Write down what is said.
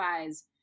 otherwise